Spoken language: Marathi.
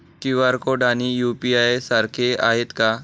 क्यू.आर कोड आणि यू.पी.आय सारखे आहेत का?